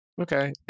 okay